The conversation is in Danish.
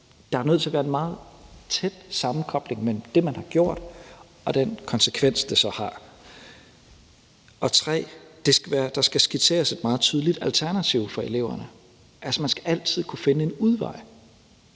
Der er nødt til at være en meget tæt sammenkobling mellem det, man har gjort, og den konsekvens, det så har. 3) Der skal skitseres et meget tydeligt alternativ for eleverne. Altså, man skal altid kunne finde en udvej,